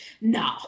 no